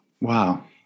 Wow